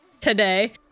today